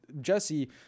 Jesse